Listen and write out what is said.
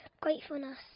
gratefulness